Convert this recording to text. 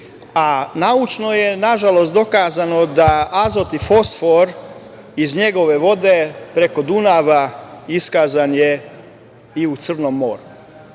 a naučno je nažalost dokazano da azot i fosfor iz njegove vode preko Dunava iskazan je i Crnom moru.